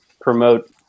promote